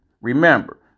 Remember